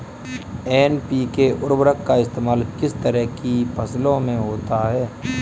NPK उर्वरक का इस्तेमाल किस तरह की फसलों में होता है?